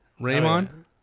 Raymond